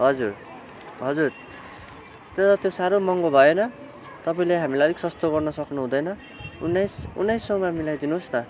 हजुर हजुर त्यो त साह्रो महँगो भएन तपाईँले हामीलाई अलिक सस्तो गर्न सक्नु हुँदैन उन्नाइस उन्नाइस सौमा मिलाइदिनुहोस् न